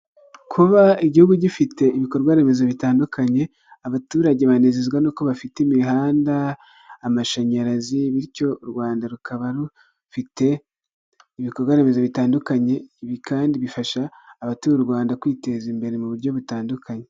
Kuba igihugu gifite ibikorwaremezo bitandukanye, abaturage banezezwa nuko bafite imihanda, amashanyarazi bityo u Rwanda rukaba rufite ibikorwaremezo bitandukanye, ibi kandi bifasha abatuye u Rwanda kwiteza imbere mu buryo butandukanye.